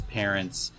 parents